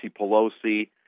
Pelosi